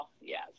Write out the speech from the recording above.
yes